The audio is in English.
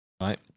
Right